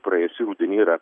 praėjusį rudenį yra